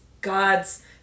God's